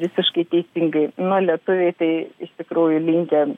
visiškai teisingai na lietuviai tai iš tikrųjų linkę